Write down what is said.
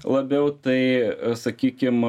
labiau tai sakykim